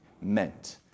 meant